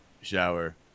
shower